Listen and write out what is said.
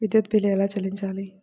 విద్యుత్ బిల్ ఎలా చెల్లించాలి?